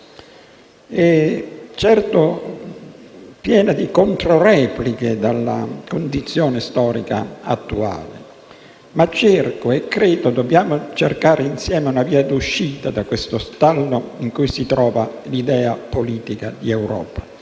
attira molte controrepliche nella condizione storica attuale. Ma cerco - e credo dobbiamo cercare insieme - una via di uscita dallo stallo in cui si trova l'idea politica di Europa.